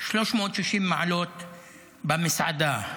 ב-360 מעלות במסעדה: